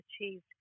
achieved